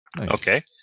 Okay